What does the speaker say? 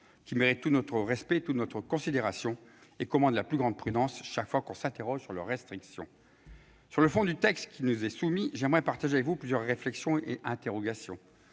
qui méritent tout notre respect et toute notre considération, et qui commandent la plus grande prudence chaque fois que l'on s'interroge sur leur restriction. Sur le fond du texte qui nous est soumis, j'aimerais partager avec vous plusieurs réflexions et interrogations.